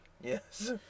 Yes